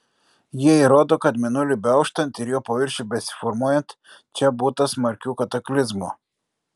jie įrodo kad mėnuliui beauštant ir jo paviršiui besiformuojant čia būta smarkių kataklizmų